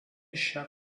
šią